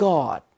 God